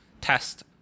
test